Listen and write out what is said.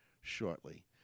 shortly